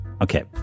Okay